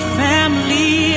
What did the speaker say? family